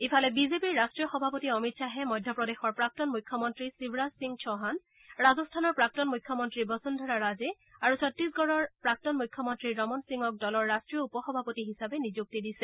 ইফালে বিজেপিৰ ৰাষ্ট্ৰীয় সভাপতি অমিত খাহে মধ্যপ্ৰদেশৰ প্ৰাক্তন মুখ্যমন্ত্ৰী শিৱৰাজ সিং চৌহান ৰাজস্থানৰ প্ৰাক্তন মুখ্যমন্ত্ৰী বসুন্ধৰা ৰাজে আৰু ছত্তিশগডৰ প্ৰাক্তন মুখ্যমন্ত্ৰী ৰমান সিঙক দলৰ ৰাষ্টীয় উপ সভাপতি হিচাপে নিযুক্তি দিছে